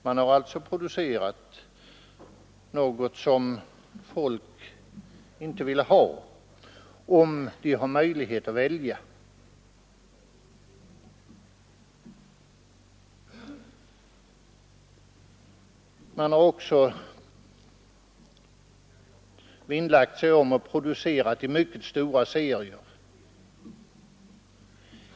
Man har alltså producerat något som folk inte velat ha om de hade haft en möjlighet att välja. Man har också vinnlagt sig om att producera i mycket stora serier.